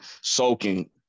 Soaking